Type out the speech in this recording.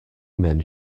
men